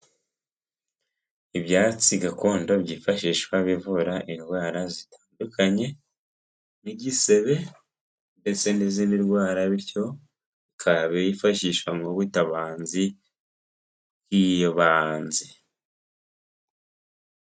Ibyatsi gakondo byifashishwa bivura indwara zitandukanye, n'igisebe ndetse n'izindi ndwara bityo bikaba byifashishwa nk'butabazi bw'ibanzi.